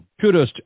kudos